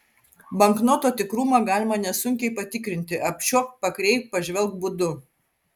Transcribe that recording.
banknoto tikrumą galima nesunkiai patikrinti apčiuopk pakreipk pažvelk būdu